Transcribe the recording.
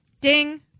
Ding